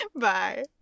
Bye